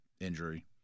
injury